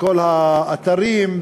בכל האתרים,